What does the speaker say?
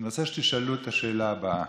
אני רוצה שתשאלו את השאלה הבאה: